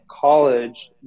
college